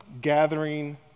gathering